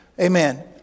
Amen